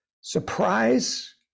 surprise